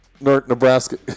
Nebraska